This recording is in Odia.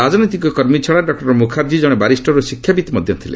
ରାଜନୈତିକ କର୍ମୀ ଛଡ଼ା ଡକ୍ଟର ମୁଖାର୍ଜୀ ଜଣେ ବାରିଷ୍ଟର ଓ ଶିକ୍ଷାବିତ୍ ମଧ୍ୟ ଥିଲେ